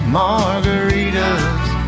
margaritas